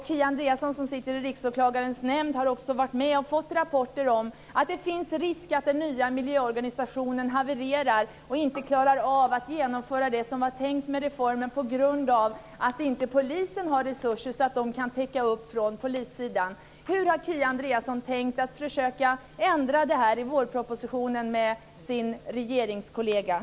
Kia Andreasson, som sitter i Riksåklagarens nämnd, har fått rapporter om att det finns risk för att den nya miljöorganisationen havererar så att man inte klarar av att genomföra det som var tänkt med reformen, på grund av att polisen inte har resurser för att täcka upp från polissidan. Hur har Kia Andreasson tänkt att försöka förändra det i vårpropositionen med sin kollega i regeringen?